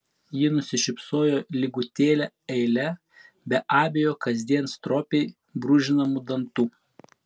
ji nusišypsojo lygutėle eile be abejo kasdien stropiai brūžinamų dantų